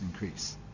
increase